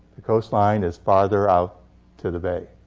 the coastline is farther out to the bay.